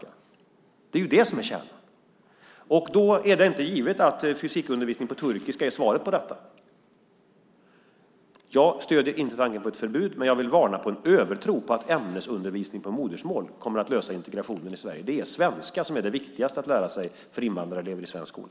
Det är ju det som är kärnan. Då är det inte givet att fysikundervisning på turkiska är svaret. Jag stöder inte tanken på ett förbud, men jag vill varna för en övertro på att ämnesundervisning på modersmål kommer att lösa integrationen i Sverige. Det är svenska som är det viktigaste att lära sig för invandrarelever i svensk skola.